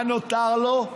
מה נותר לו?